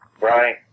Right